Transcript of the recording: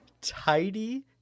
tidy